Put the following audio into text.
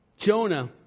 Jonah